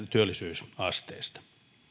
työllisyysasteesta